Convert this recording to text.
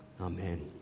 Amen